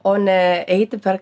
o ne eiti per